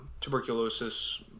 tuberculosis